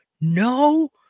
No